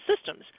systems